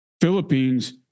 Philippines